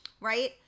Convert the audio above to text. right